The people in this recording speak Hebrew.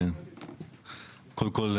קודם כול,